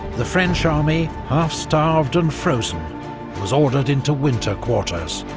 the french army, half-starved and frozen was ordered into winter quarters,